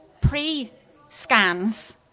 Pre-scans